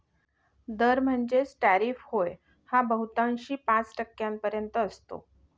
दर म्हणजेच टॅरिफ होय हा बहुतांशी पाच टक्क्यांपर्यंत असतो